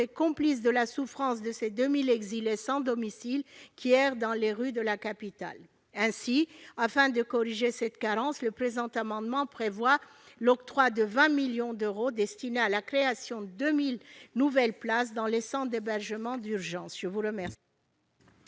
complice de la souffrance des 2 000 exilés sans domicile qui errent dans les rues de la capitale. Afin de corriger cette carence, le présent amendement vise à consacrer 20 millions d'euros à la création de 2 000 nouvelles places dans les centres d'hébergement d'urgence. Quel